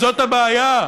זאת הבעיה,